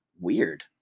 Weird